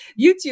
YouTube